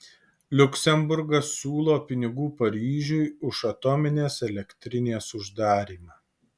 liuksemburgas siūlo pinigų paryžiui už atominės elektrinės uždarymą